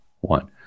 one